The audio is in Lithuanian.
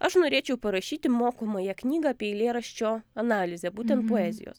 aš norėčiau parašyti mokomąją knygą apie eilėraščio analizę būtent poezijos